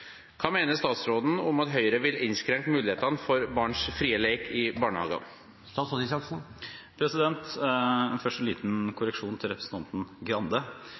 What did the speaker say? hva barna skal sitte igjen med. Hva mener statsråden om at Høyre vil innskrenke mulighetene for barns frie lek i barnehagene?» Først en liten korreksjon til representanten Grande.